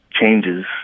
changes